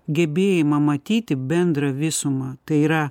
gebėjimą matyti bendrą visumą tai yra